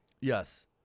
Yes